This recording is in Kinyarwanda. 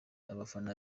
abafana